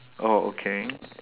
oh okay